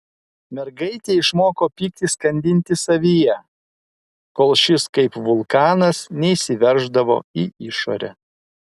mergaitė išmoko pyktį skandinti savyje kol šis kaip vulkanas neišsiverždavo į išorę